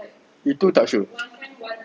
itu tak sure